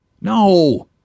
No